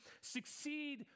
succeed